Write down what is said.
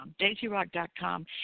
daisyrock.com